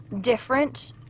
different